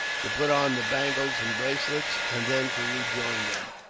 to put on the bangles and bracelets, and then to rejoin them.